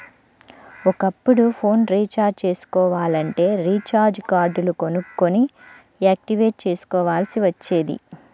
ఒకప్పుడు phone recharge చేసుకోవాలంటే recharge కార్డులు కొనుక్కొని యాక్టివేట్ చేసుకోవాల్సి వచ్చేది